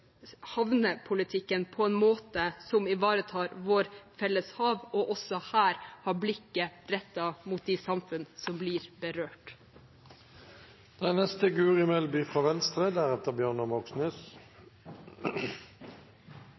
havnepolitikken på en måte som ivaretar våre felles hav, også her ha blikket rettet mot de samfunn som blir